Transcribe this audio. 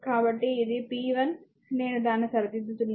కాబట్టి ఇది p1 నేను దాన్ని సరిదిద్దుకున్నాను